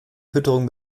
fütterung